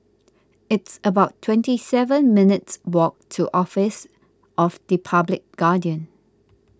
it's about twenty seven minutes' walk to Office of the Public Guardian